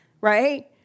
Right